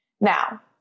Now